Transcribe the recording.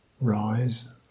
rise